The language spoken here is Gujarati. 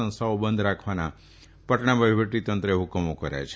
સંસ્થાઓ બંઘ રાખવાના પટણા વહીવટી તંત્રે હ્કમો કર્યા છે